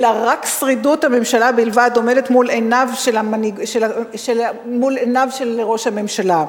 אלא רק שרידות הממשלה בלבד עומדת מול עיניו של ראש הממשלה.